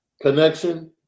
connection